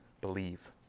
believe